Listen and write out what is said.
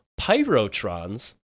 pyrotrons